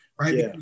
right